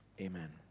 amen